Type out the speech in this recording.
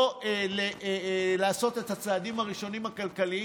לא לעשות את הצעדים הראשונים הכלכליים,